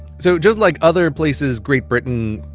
so just like other places great britain.